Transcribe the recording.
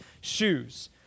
shoes